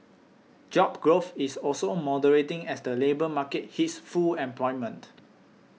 job growth is also moderating as the labour market hits full employment